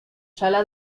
sala